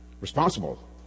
responsible